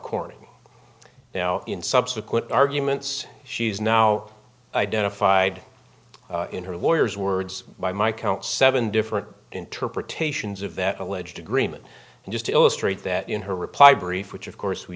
corning now in subsequent arguments she's now identified in her lawyers words by my count seven different interpretations of that alleged agreement and just to illustrate that in her reply brief which of course we